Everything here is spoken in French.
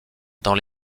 dans